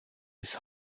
his